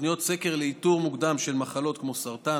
תוכניות סקר לאיתור מוקדם של מחלות כמו סרטן,